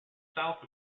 south